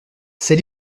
ces